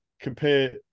compare